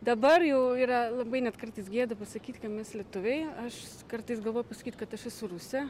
dabar jau yra labai net kartais gėda pasakyt ka mes lietuviai aš kartais galvoju pasakyt kad aš esu rusė